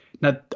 now